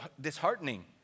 disheartening